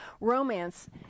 romance